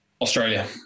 Australia